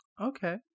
Okay